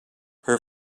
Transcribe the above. her